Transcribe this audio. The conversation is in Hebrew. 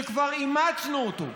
שכבר אימצנו אותו,